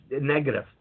negative